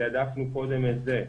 תעדפנו קודם את זה.